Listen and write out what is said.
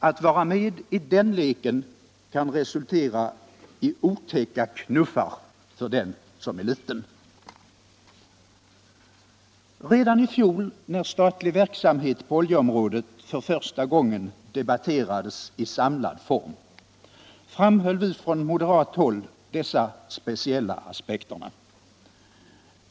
Att vara med i den leken kan resultera i otäcka knuffar för den som är liten. Redan i fjol, när statlig verksamhet på oljeområdet för första gången debatterades i samlad form, framhöll vi från moderat håll dessa speciella aspekter.